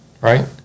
Right